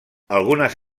algunes